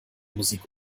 musik